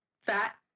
fat